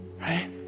right